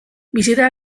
bisita